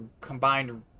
combined